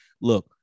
look